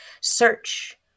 search